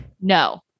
no